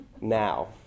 now